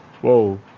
whoa